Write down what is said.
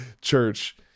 church